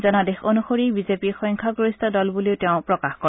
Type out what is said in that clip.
জনাদেশ অনুসৰি বিজেপি সংখ্যাগৰিষ্ঠ দল বুলিও তেওঁ প্ৰকাশ কৰে